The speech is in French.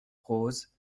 rose